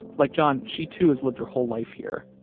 like john, she too has lived her whole life here.